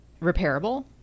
repairable